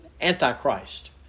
Antichrist